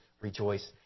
rejoice